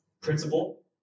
principle